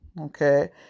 Okay